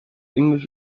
english